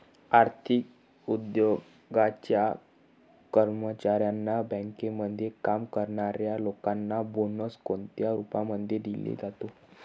आर्थिक उद्योगाच्या कर्मचाऱ्यांना, बँकेमध्ये काम करणाऱ्या लोकांना बोनस कोणत्या रूपामध्ये दिला जातो?